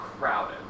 crowded